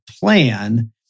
plan